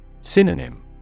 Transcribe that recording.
Synonym